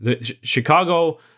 Chicago